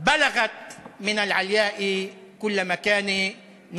היא תגיע לפסגת הכבוד בכל מקום שבו תהיה".